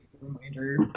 Reminder